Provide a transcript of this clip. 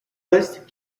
list